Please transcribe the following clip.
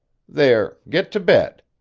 there, git to bed.